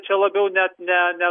čia labiau net ne ne